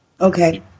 Okay